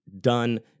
done